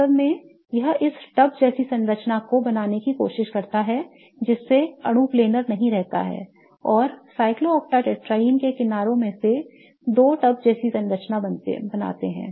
वास्तव में वह इस टब जैसी संरचना को बनाने की कोशिश करता है जिससे अणु प्लानेर नहीं रहता है और cyclooctatetraene के किनारों में से दो एक टब जैसी संरचना बनाते हैं